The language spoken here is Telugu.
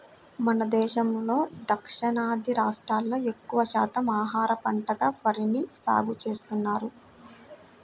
మన దేశంలో దక్షిణాది రాష్ట్రాల్లో ఎక్కువ శాతం ఆహార పంటగా వరిని సాగుచేస్తున్నారు